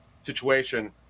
situation